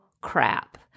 crap